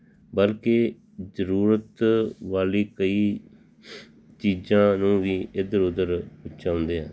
ਬਲਕਿ ਜ਼ਰੂਰਤ ਵਾਲੀ ਕਈ ਚੀਜ਼ਾਂ ਨੂੰ ਵੀ ਇੱਧਰ ਉੱਧਰ ਪਹੁੰਚਾਉਂਦੇ ਆ